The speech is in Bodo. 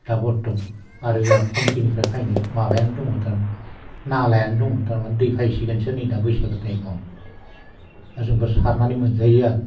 दा बर्थमान आरो जाहा भुमखिनिफ्राय फायनाय माबायानो दङ थारमाने नालायानो दङ थारमाने दै फायसिगोनसो नै दा बैसागो टाइमाव दा जोंफोर सारनानै मोनजायो आरो